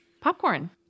Popcorn